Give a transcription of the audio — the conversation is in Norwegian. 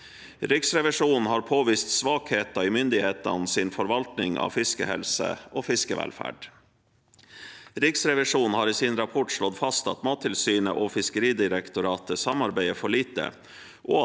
Riksrevisjonen har påvist svakheter i myndighetenes forvaltning av fiskehelse og fiskevelferd. Riksrevisjonen har i sin rapport slått fast at Mattilsynet og Fiskeridirektoratet samarbeider for lite,